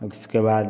उसके बाद